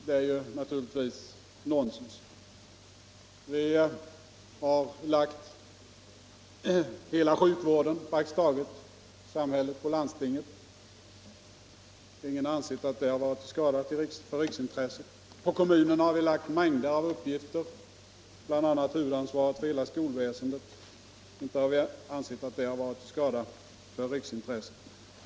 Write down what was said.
Det är naturligtvis nonsens. Vi har lagt praktiskt taget hela sjukvården i samhället på landstingen. Ingen har ansett att det har varit till skada för riksintresset. På kommunerna har vi lagt mängder av uppgifter, bl.a. huvudansvaret för hela skolväsendet, och inte har vi ansett att det har varit till skada för riksintresset.